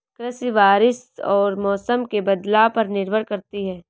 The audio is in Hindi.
कृषि बारिश और मौसम के बदलाव पर निर्भर करती है